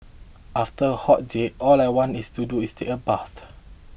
after a hot day all I want is to do is take a bath